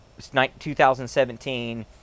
2017